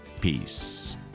peace